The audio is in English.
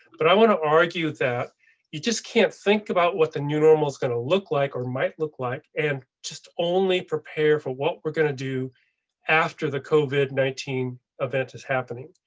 but i want to argue that you just can't think about what the new normal is going to look like or might look like and just only prepare for what we're going to do after the covid nineteen event is happening.